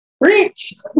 Reach